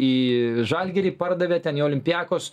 į žalgirį pardavė ten į olympiakos